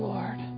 Lord